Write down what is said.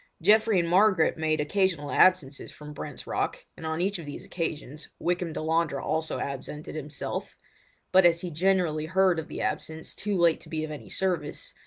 geoffrey and margaret made occasional absences from brent's rock, and on each of these occasions wykham delandre also absented himself but as he generally heard of the absence too late to be of any service,